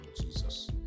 Jesus